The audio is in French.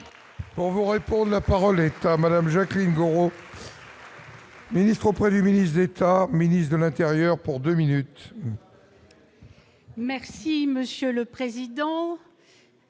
Bonjour, répond : la parole est à Madame Jacqueline Gourault. Ministre auprès du ministre d'État, ministre de l'Intérieur pour 2 minutes. Merci monsieur le président.